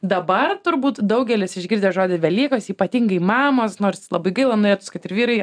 dabar turbūt daugelis išgirdę žodį velykos ypatingai mamos nors labai gaila norėtųsi kad ir vyrai